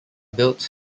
builds